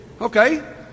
Okay